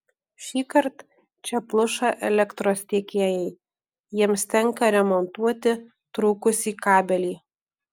šįkart čia pluša elektros tiekėjai jiems tenka remontuoti trūkusį kabelį